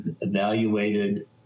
evaluated